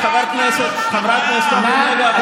חברת הכנסת אורלי לוי אבקסיס,